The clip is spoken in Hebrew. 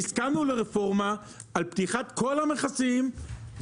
והסכמנו לרפורמה על פתיחת כל המכסים,